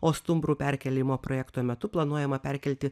o stumbrų perkėlimo projekto metu planuojama perkelti